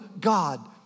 God